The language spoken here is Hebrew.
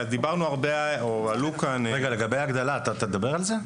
עלו כאן --- לגבי ההגדלה אתה תדבר על זה?